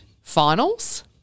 finals